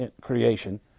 creation